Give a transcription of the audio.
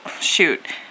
shoot